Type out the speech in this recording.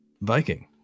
Viking